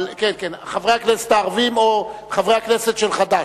חברי הכנסת הערבים או חברי הכנסת של חד"ש,